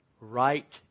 right